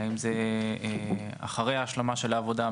אם זה אחרי ההשלמה של העבודה,